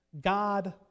God